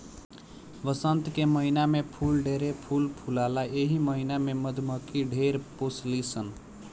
वसंत के महिना में फूल ढेरे फूल फुलाला एही महिना में मधुमक्खी ढेर पोसली सन